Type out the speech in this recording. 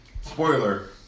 spoiler